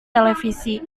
televisi